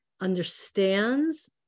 understands